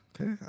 Okay